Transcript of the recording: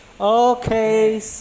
Okay